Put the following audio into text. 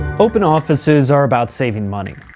open offices are about saving money.